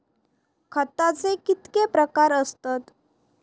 खताचे कितके प्रकार असतत?